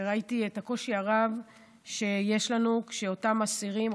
ראיתי את הקושי הרב שיש לנו כשאותם אסירים,